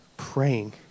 Praying